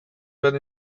when